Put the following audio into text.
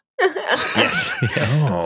Yes